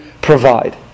provide